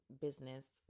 business